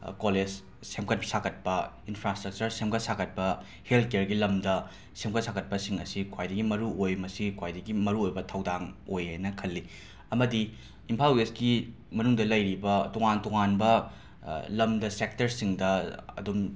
ꯀꯣꯂꯦꯁ ꯁꯦꯝꯒꯠ ꯁꯥꯒꯠꯄ ꯏꯟꯐ꯭ꯔꯥꯁ꯭ꯇꯔꯆꯔ ꯁꯦꯝꯒꯠ ꯁꯥꯒꯠꯄ ꯍꯦꯜꯠꯀꯦꯔꯒꯤ ꯂꯝꯗ ꯁꯦꯝꯒꯠ ꯁꯥꯒꯠꯄꯁꯤꯡ ꯑꯁꯤ ꯈ꯭ꯋꯥꯏꯗꯒꯤ ꯃꯔꯨꯑꯣꯏ ꯃꯁꯤ ꯈ꯭ꯋꯥꯏꯗꯒꯤ ꯃꯔꯨꯑꯣꯏꯕ ꯊꯧꯗꯥꯡ ꯑꯣꯏꯌꯦꯅ ꯈꯜꯂꯤ ꯑꯃꯗꯤ ꯏꯝꯐꯥꯜ ꯋꯦꯁꯀꯤ ꯃꯅꯨꯡꯗ ꯂꯩꯔꯤꯕ ꯇꯣꯉꯥꯟ ꯇꯣꯉꯥꯟꯕ ꯂꯝꯗ ꯁꯦꯛꯇꯔꯁꯤꯡꯗ ꯑꯗꯨꯝ